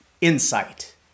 insight